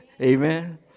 Amen